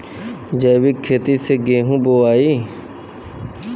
जैविक खेती से गेहूँ बोवाई